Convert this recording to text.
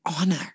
honor